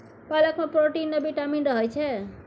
पालक मे प्रोटीन आ बिटामिन रहय छै